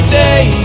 day